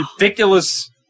ridiculous